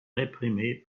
réprimée